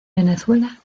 venezuela